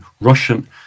Russian